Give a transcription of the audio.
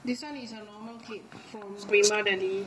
this one is a normal cake from prima deli